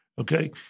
okay